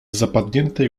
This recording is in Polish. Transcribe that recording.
zapadniętej